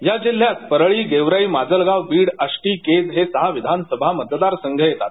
या जिल्ह्यात परळी गेवराई माजलगाव बीड आष्टी केज हे सहा विधानसभा मतदारसंघ येतात